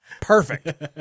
Perfect